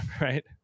right